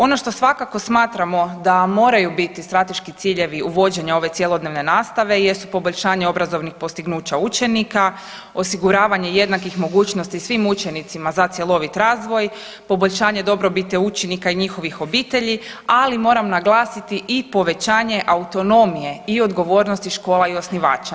Ono što svakako smatramo da moraju biti strateški ciljevi uvođenja ove cjelodnevne nastave jesu poboljšanja obrazovnih postignuća učenika, osiguravanje jednakih mogućnosti svim učenicima za cjelovit razvoj, poboljšanje dobrobiti učenika i njihovih obitelji, ali moram naglasiti i povećanje autonomije i odgovornosti škola i osnivača.